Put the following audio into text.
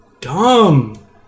dumb